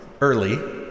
early